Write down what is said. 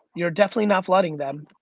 you're definitely not flooding them.